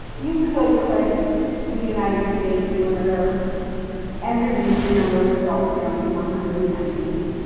you could click the united states limiter and reduce your number of results down to one hundred and nineteen.